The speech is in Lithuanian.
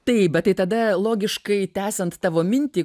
taip bet tai tada logiškai tęsiant tavo mintį